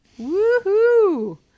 Woohoo